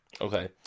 Okay